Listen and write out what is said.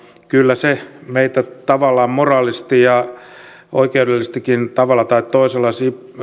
kyllä se meitä tavallaan moraalisesti ja oikeudellisestikin tavalla tai toisella